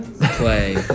play